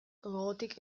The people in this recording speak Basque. gogotik